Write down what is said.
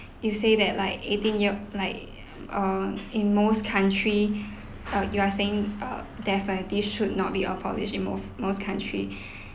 you say that like eighteen year like err in most country err you are saying err death penalty should not be abolished in most most country